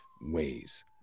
ways